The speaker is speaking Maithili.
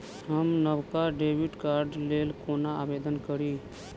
हम नवका डेबिट कार्डक लेल कोना आवेदन करी?